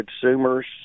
consumers